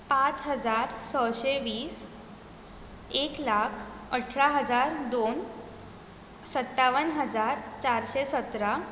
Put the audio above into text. पांच हजार सशे वीस एक लाख अठरा हजार दोन सत्तावन हजार चारशें सतरा